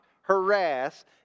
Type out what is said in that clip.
harass